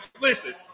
Listen